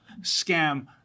scam